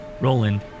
Roland